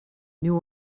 new